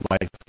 life